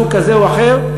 מסוג כזה או אחר,